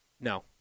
No